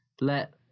Let